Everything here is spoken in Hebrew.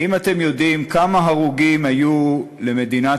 האם אתם יודעים כמה הרוגים היו למדינת